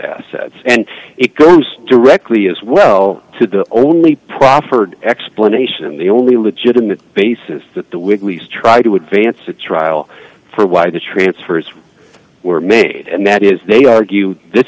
assets and it goes directly as well to the only proffered explanation the only legitimate basis that the with least try to advance a trial for why the transfers were made and that is they argue this